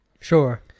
Sure